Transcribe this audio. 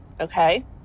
okay